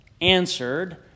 answered